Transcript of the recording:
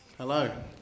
Hello